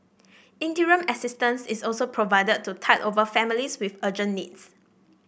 interim assistance is also provided to tide over families with urgent needs